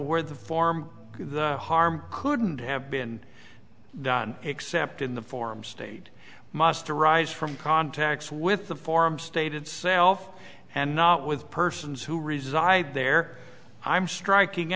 where the form of the harm couldn't have been done except in the form states must arise from contacts with the form stated self and not with persons who reside there i'm striking